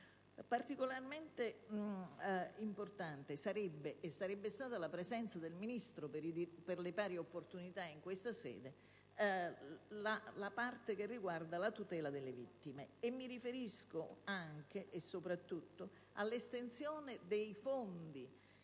Particolarmente importante sarebbe stata e sarebbe la presenza del Ministro per le pari opportunità in questa sede per la parte che riguarda la tutela delle vittime. Mi riferisco anche e soprattutto all'aumento dei fondi,